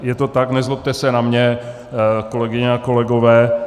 Je to tak, nezlobte se na mě, kolegyně a kolegové.